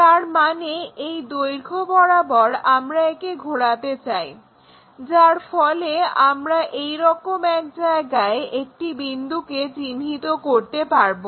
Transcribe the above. তার মানে এই দৈর্ঘ্য বরাবর আমরা একে ঘোরাতে চাই যার ফলে আমরা এইরকম এক জায়গায় একটি বিন্দুকে চিহ্নিত করতে পারবো